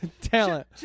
Talent